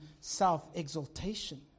self-exaltation